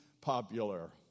popular